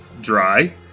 dry